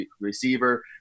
receiver